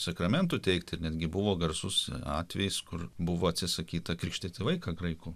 sakramentų teikti ir netgi buvo garsus atvejis kur buvo atsisakyta krikštyti vaiką graikų